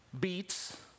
beets